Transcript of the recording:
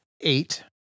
eight